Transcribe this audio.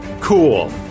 cool